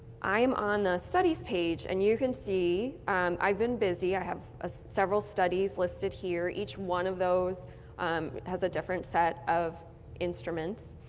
i am on the studies page and you can see i've been busy, i have ah several studies listed here, each one of those has a different set of instruments.